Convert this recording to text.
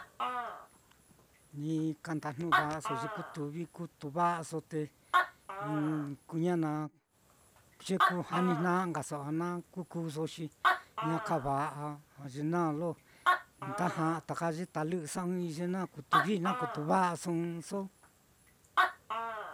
Ni ka ndajnu'u va'aso ye kutu vii kutu va'aso te kuñana ye kujanijna'a nkaso a na kukuuso xi ña kava'a, ye naá lo nda ja'a ta ye talɨ'ɨso ɨ ye na kutu vii kutuu va'aso ɨ́ɨ́n ɨ́ɨ́nso.